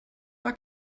war